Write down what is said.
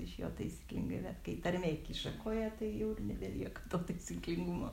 iš jo taisyklingai bet kai tarmė kiša koją tai jau ir nebelieka to taisyklingumo